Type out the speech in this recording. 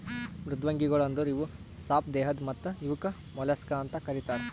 ಮೃದ್ವಂಗಿಗೊಳ್ ಅಂದುರ್ ಇವು ಸಾಪ್ ದೇಹದ್ ಮತ್ತ ಇವುಕ್ ಮೊಲಸ್ಕಾ ಅಂತ್ ಕರಿತಾರ್